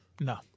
No